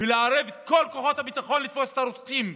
ולערב את כל כוחות הביטחון לתפוס את הרוצחים.